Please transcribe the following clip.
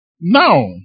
Now